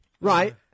Right